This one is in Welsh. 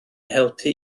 helpu